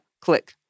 Click